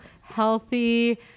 healthy